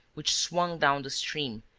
which swung down the stream,